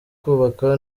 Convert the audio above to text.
kubaka